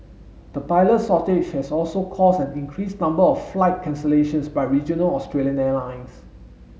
the pilot shortage has also caused an increased number of flight cancellations by regional Australian airlines